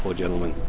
so gentleman.